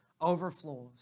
overflows